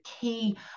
key